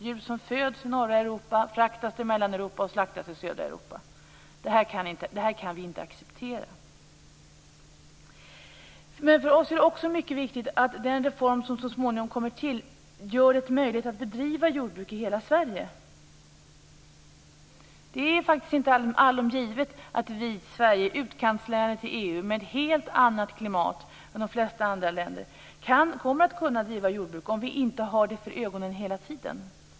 Djur som föds i norra Europa. Det kan vi inte acceptera. För oss är det också mycket viktigt att den reform som så småningom kommer till gör det möjligt att bedriva jordbruk i hela Sverige. Det är inte allom givet att vi i Sverige, i utkanten av EU, med ett helt annat klimat än de flesta andra länder, kommer att kunna driva jordbruk om vi inte har det för ögonen hela tiden.